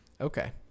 Okay